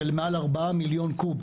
של ארבעה מיליון קוב,